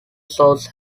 source